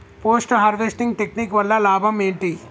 Post harvesting technique వల్ల లాభం ఏంటి?